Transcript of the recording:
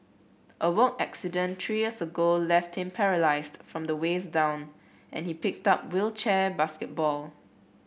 a work accident three years ago left him paralysed from the waist down and he picked up wheelchair basketball